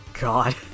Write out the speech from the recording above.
God